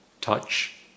Touch